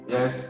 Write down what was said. Yes